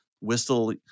whistle